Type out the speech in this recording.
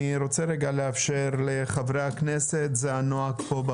אני רוצה לאפשר לחברי הכנסת זה הנוהג פה,